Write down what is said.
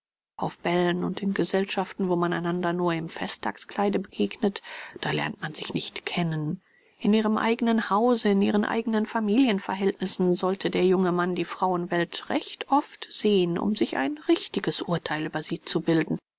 auf bällen und in gesellschaften wo man einander nur im festtagskleide begegnet da lernt man sich nicht kennen in ihrem eignen hause in ihren eignen familienverhältnissen sollte der junge mann die frauenwelt recht oft sehen um sich ein richtiges urtheil über sie zu bilden